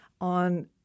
on